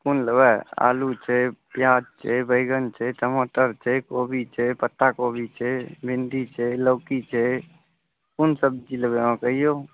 कोन लेबै आलू छै प्याज छै बैंगन छै टमाटर छै कोबी छै पत्ताकोबी छै भिंडी छै लौकी छै कोन सब्जी लेबै अहाँ कहियौ